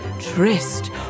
tryst